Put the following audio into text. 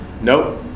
Nope